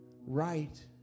right